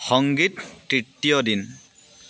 সংগীত তৃতীয় দিন